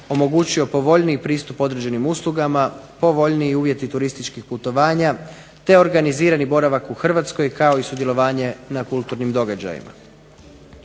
omogućio povoljniji pristup određenim uslugama, povoljniji uvjeti turističkih putovanja, te organizirani boravak u Hrvatskoj kao i sudjelovanje na kulturnim događajima.